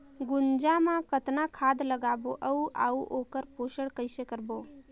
गुनजा मा कतना खाद लगाबो अउ आऊ ओकर पोषण कइसे करबो?